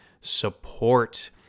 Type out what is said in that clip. support